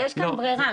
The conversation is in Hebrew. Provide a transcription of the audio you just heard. יש כאן ברירה.